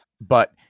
But-